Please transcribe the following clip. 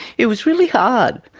it was really hard,